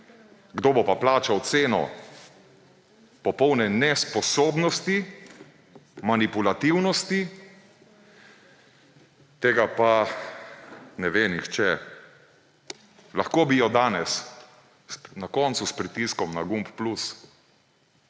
Kdo bo pa plačal ceno popolne nesposobnosti, manipulativnosti? Tega pa ne ve nihče. Lahko bi jo danes na koncu s pritiskom na gumb »plus«,